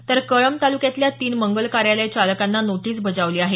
तर कळब तालुक्यातल्या तीन मंगल कार्यालय चालकांना नोटीस बजावली आहे